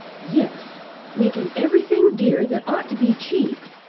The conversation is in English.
yes making everything dear that ought to be cheap.